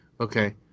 Okay